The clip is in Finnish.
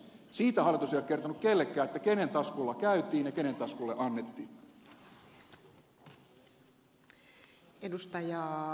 siitä hallitus ei ole kertonut kellekään kenen taskulla käytiin ja kenen taskuun annettiin